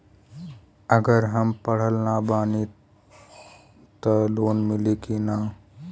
अगर हम पढ़ल ना बानी त लोन मिली कि ना?